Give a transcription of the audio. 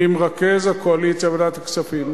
ממרכז הקואליציה בוועדת הכספים,